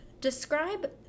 Describe